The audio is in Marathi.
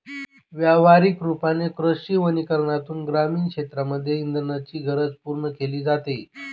व्यवहारिक रूपाने कृषी वनीकरनातून ग्रामीण क्षेत्रांमध्ये इंधनाची गरज पूर्ण केली जाते